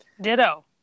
ditto